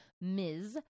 Ms